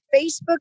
Facebook